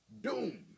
Doom